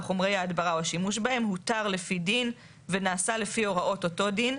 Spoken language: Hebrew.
חומרי ההדברה או שימוש בהם הותר לפי דין ונעשה לפי הוראות אותו דין,